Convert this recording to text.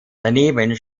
daneben